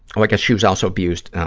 i guess she was also abused